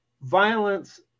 violence